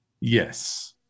yes